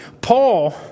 Paul